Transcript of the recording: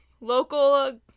local